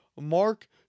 Mark